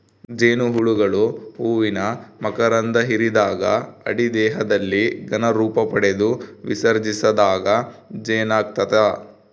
ಜೇನುಹುಳುಗಳು ಹೂವಿನ ಮಕರಂಧ ಹಿರಿದಾಗ ಅಡಿ ದೇಹದಲ್ಲಿ ಘನ ರೂಪಪಡೆದು ವಿಸರ್ಜಿಸಿದಾಗ ಜೇನಾಗ್ತದ